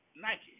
Nike